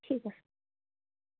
ঠিক আছে